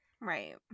Right